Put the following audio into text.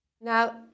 Now